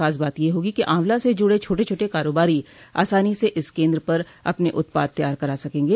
खास बात यह होगी कि आंवला से जुड़े छोटे छोटे कारोबारी आसानी से इस केन्द्र पर अपने उत्पाद तैयार करा सकेंगे